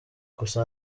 gusa